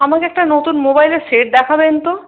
আমাকে একটা নতুন মোবাইলের সেট দেখাবেন তো